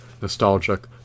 nostalgic